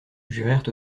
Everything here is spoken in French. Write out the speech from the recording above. jurèrent